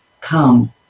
come